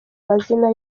mazina